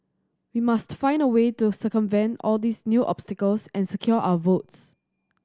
we must find a way to circumvent all these new obstacles and secure our votes